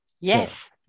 Yes